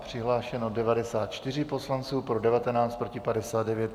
Přihlášeno 94 poslanců, pro 19, proti 59.